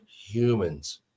humans